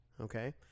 okay